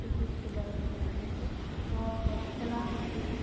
रुक रुक के दर्द हो रहा है तो आप हॉस्पिटल आ सकते हो